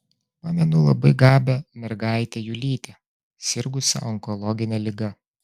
pamenu labai gabią mergaitę julytę sirgusią onkologine liga